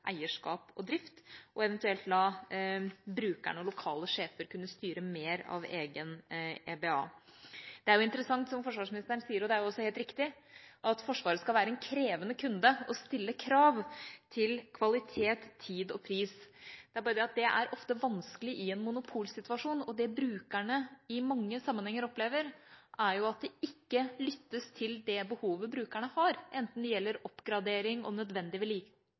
eierskap og drift, og eventuelt la brukerne og lokale sjefer kunne styre mer av egen EBA? Det er interessant som forsvarsministeren sier, og det er jo også helt riktig, at Forsvaret skal være en krevende kunde, og stille krav til kvalitet, tid og pris. Det er bare det at det ofte er vanskelig i en monopolsituasjon. Det brukerne i mange sammenhenger opplever, er at det ikke lyttes til det behovet brukerne har, enten det gjelder oppgradering og nødvendig